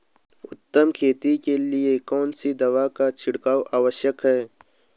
उत्तम खेती के लिए कौन सी दवा का छिड़काव आवश्यक है?